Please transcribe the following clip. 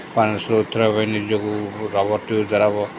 ପାଣିରୁ ସୁରକ୍ଷା ଭାବରେ ନିଜକୁ ରବର୍ ଟିଉ ଦ୍ଵାରା